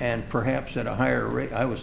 and perhaps at a higher rate i was